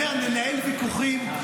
ננהל ויכוחים,